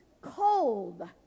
cold